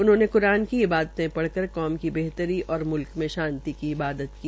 उन्होंने क्रान की इबादेते पढ़कर कौम की बेहतरी और मुल्क में शांति का इबादत की